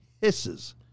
hisses